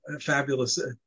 fabulous